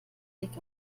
blick